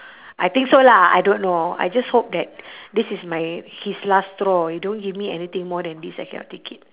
I think so lah I don't know I just hope that this is my his last straw don't give me anything more than this I cannot take it